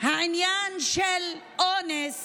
בעניין של אונס